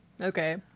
Okay